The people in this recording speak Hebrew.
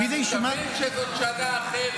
ותבין שזאת שנה אחרת.